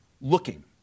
looking